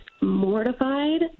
mortified